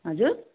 हजुर